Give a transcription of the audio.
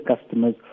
customers